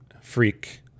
Freak